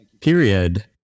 Period